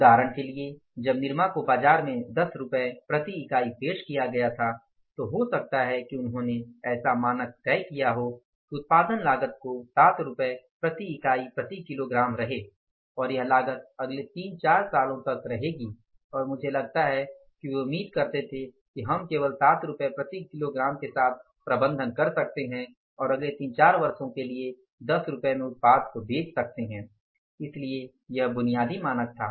उदाहरण के लिए जब निरमा को बाजार में 10 रुपये प्रति इकाई पेश किया गया था तो हो सकता है कि उन्होंने ऐसा मानक तय किया हो कि उत्पादन लागत को 7 रुपये प्रति इकाई प्रति किलोग्राम रहे और यह लागत अगले तीन चार सैलून तक रहेगी और मुझे लगता है कि वे उम्मीद करते थे कि हम केवल 7 रुपये प्रति किलोग्राम के साथ प्रबंधन कर सकते हैं और अगले तीन चार वर्षों के लिए 10 रुपये में उत्पाद बेच सकते हैं इसलिए यह बुनियादी मानक था